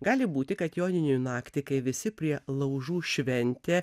gali būti kad joninių naktį kai visi prie laužų šventė